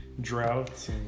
droughts